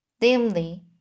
dimly